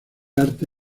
arte